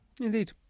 Indeed